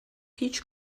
هیچ